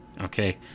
Okay